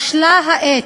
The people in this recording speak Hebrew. בשלה העת.